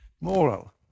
moral